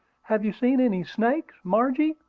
have you seen any snakes, margie?